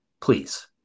please